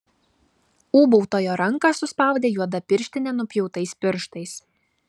ūbautojo ranką suspaudė juoda pirštinė nupjautais pirštais